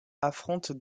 affrontent